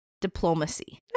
diplomacy